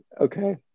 Okay